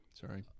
sorry